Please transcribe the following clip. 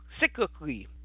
Cyclically